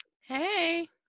Hey